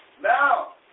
Now